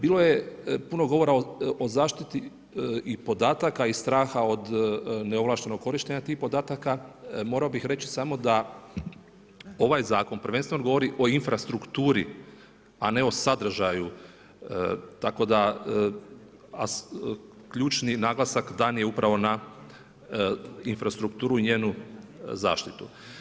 Bilo je puno govora o zaštiti i podataka i straha od neovlaštenog korištenja tih podataka, morao bi reći, samo da ovaj zakon, prvenstveno govori o infrastrukturi, a ne o sadržaju, tako da, a ključni naglasak, dan je upravo na, infrastrukturu i njenu zaštitu.